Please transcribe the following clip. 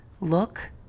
look